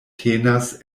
tenas